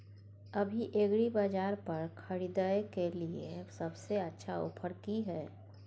अभी एग्रीबाजार पर खरीदय के लिये सबसे अच्छा ऑफर की हय?